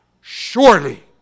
surely